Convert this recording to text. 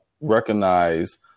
recognize